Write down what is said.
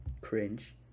Cringe